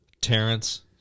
Terrence